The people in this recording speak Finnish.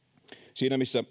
siinä missä